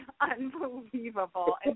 unbelievable